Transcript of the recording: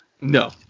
No